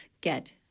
get